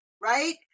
Right